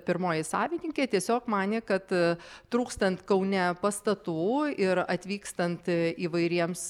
pirmoji savininkė tiesiog manė kad trūkstant kaune pastatų ir atvykstant įvairiems